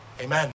Amen